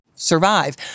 survive